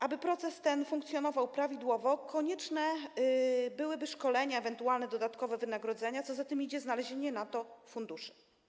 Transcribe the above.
Aby proces ten funkcjonował prawidłowo, konieczne byłyby szkolenia, ewentualne dodatkowe wynagrodzenia, a co za tym idzie - znalezienie na to funduszy.